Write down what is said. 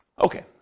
Okay